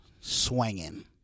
swinging